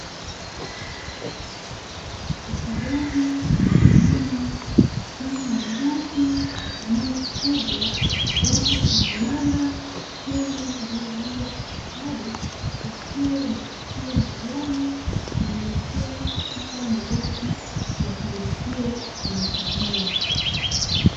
Ufugaji wa wanyama kama mbuzi wanaofugwa, wako kwenye banda zuri lililojengwa kwa ustadi wakiwa wamekatiwa majani, wamewekewa katika maboko ya kulishia mbuzi hao.